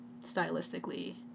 stylistically